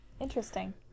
Interesting